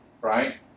right